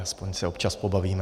Aspoň se občas pobavíme.